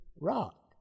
rock